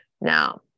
now